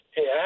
Hey